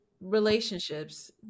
relationships